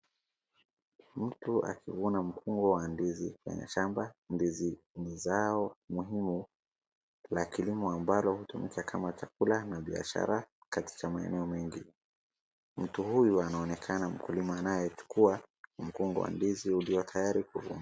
Mtu akiwa na mkunga wa ndizi kwenye shamba, ndizi ni zao muhimu la kilimo ambalo hutumikia kama chakula na biashara katika mangine mengi. Mtu huyuwa anoonekana kuwa mkulima anaye chukua mkunga wa ndizi uliotayari kuiva.